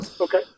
Okay